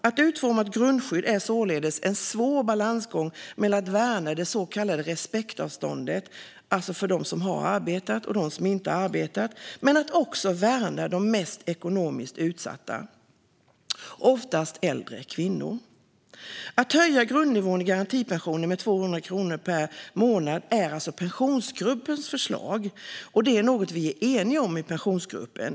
Att utforma ett grundskydd är således en svår balansgång mellan att värna det så kallade respektavståndet, alltså för dem som har arbetat och dem som inte har arbetat, och att också värna de mest ekonomiskt utsatta, oftast äldre kvinnor. Att höja grundnivån i garantipensionen med 200 kronor per månad är Pensionsgruppens förslag. Det är ett förslag som vi i Pensionsgruppen är eniga om.